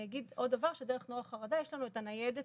דרך נוהל חרדה יש לנו את הניידת